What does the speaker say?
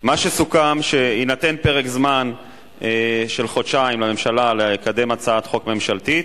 מה שסוכם הוא שיינתן פרק זמן של חודשיים לממשלה לקדם הצעת חוק ממשלתית,